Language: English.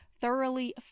thoroughly